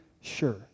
Sure